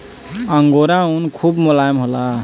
angora ऊन खूब मोलायम होला